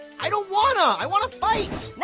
i don't wanna. i wanna fight.